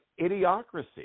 idiocracy